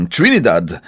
Trinidad